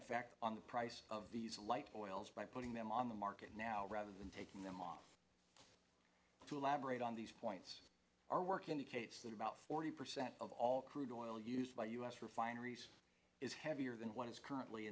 effect on the price of these light oils by putting them on the market now rather than taking them off to elaborate on these points our work indicates that about forty percent of all crude oil used by u s refineries is heavier than what is currently